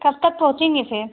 कब तक पहुंचेगी फिर